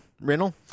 rental